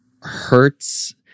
hurts